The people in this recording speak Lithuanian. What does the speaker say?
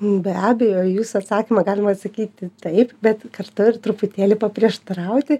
be abejo į jūs atsakymą galima atsakyti taip bet kartu ir truputėlį paprieštarauti